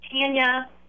Tanya